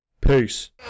Peace